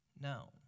no